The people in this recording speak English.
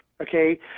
Okay